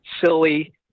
silly